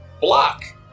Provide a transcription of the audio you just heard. Block